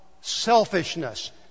selfishness